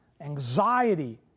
Anxiety